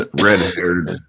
red-haired